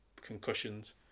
concussions